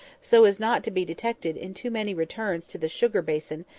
so as not to be detected in too many returns to the sugar-basin,